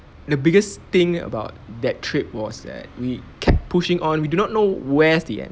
the biggest thing about that trip was that we kept pushing on we do not know where's the end